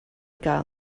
gael